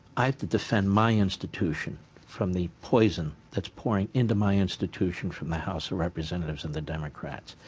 i have to defend my institution from the poison that's pouring into my institution from the house of representatives and the democrats.